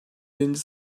birinci